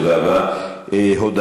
תודה רבה, אדוני השר.